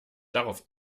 darauf